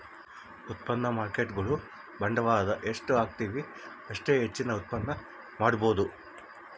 ಉತ್ಪನ್ನ ಮಾರ್ಕೇಟ್ಗುಳು ಬಂಡವಾಳದ ಎಷ್ಟು ಹಾಕ್ತಿವು ಅಷ್ಟೇ ಹೆಚ್ಚಿನ ಉತ್ಪನ್ನ ಮಾಡಬೊದು